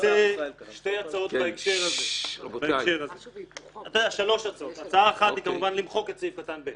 שלוש הצעות בהקשר הזה: הצעה אחת היא כמובן למחוק את סעיף (ב),